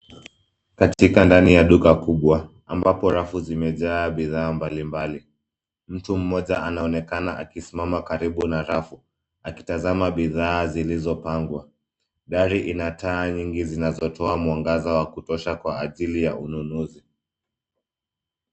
Katika ndani ya duka kubwa, ambapo rafu zimejaa bidhaa mbalimbali, mtu mmoja anaonekana akisimama karibu na rafu. Akitazama bidhaa zilizopangwa. Gari ina taa nyingi zinazotoa mwangaza wa kutosha kwa ajili ya ununuzi.